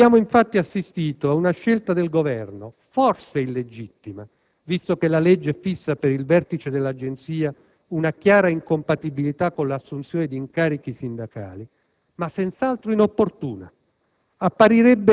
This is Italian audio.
Abbiamo infatti assistito ad una scelta del Governo, forse illegittima, visto che la legge fissa per il vertice dell'Agenzia una chiara incompatibilità con l'assunzione di incarichi sindacali, ma senz'altro inopportuna.